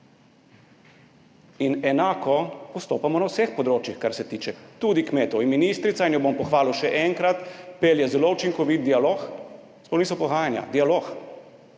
In enako postopamo na vseh področjih, tudi kar se tiče kmetov. In ministrica, jo bom pohvalil še enkrat, pelje zelo učinkovit dialog, sploh niso pogajanja, dialog,